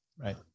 right